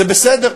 זה בסדר.